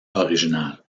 original